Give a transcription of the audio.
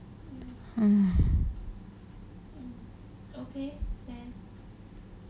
hmm hmm okay then